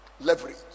leverage